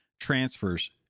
transfers